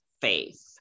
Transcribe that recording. Faith